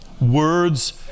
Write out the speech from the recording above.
Words